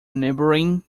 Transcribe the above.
neighbouring